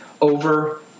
over